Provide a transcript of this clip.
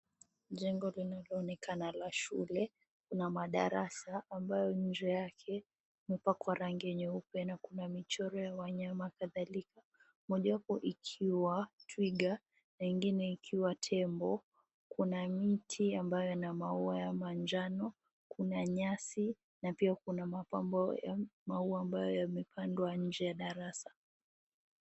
Jengo linalo onekana la shule lina madarasa ambayo nje yake imepakwa rangi nyeupe na kuna michoro ya wanyama kathalika. Moja wapo ikiwa twiga na ingine ikiwa ni tembo. Kuna miti ambayo Yana maua ya manjano ,Kuna nyasi na pia Kuna mapambo ya maua ambayo yamepandwa nje ya madarasa.